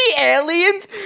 aliens